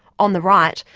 on the right,